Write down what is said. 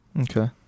Okay